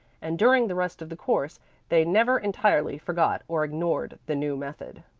and during the rest of the course they never entirely forgot or ignored the new method.